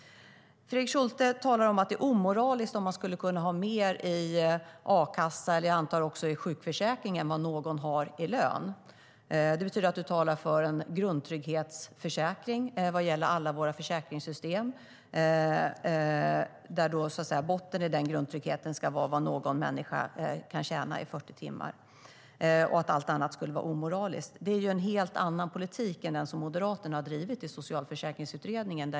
Fredrik Schulte talar om att det är omoraliskt om man skulle kunna ha mer i a-kassa - jag antar att det också gäller sjukförsäkringen - än vad någon har i lön. Det betyder att du talar för en grundtrygghetsförsäkring vad gäller alla våra försäkringssystem. Botten i den grundtryggheten ska då vara vad någon människa kan tjäna under 40 timmar. Allt annat skulle vara omoraliskt. Det är en helt annan politik än den som Moderaterna har drivit i Socialförsäkringsutredningen.